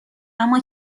اما